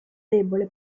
debole